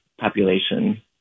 population